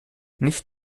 nicht